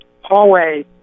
hallway